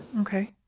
okay